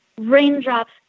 raindrops